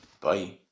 Bye